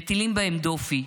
מטילים בהם דופי,